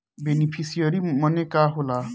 Beneficiary मने का होला?